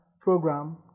Program